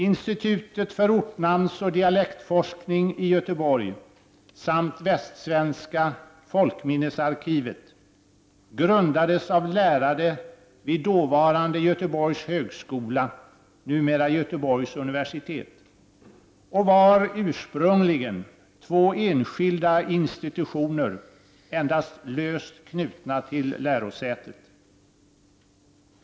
Institutet för ortnamnsoch dialektforskning i Göteborg samt västsvenska folkminnesarkivet grundades av lärare vid dåvarande Göteborgs högskola, numera Göteborgs universitet, och var ursprungligen två enskilda institutioner, endast löst knutna till lärosätet.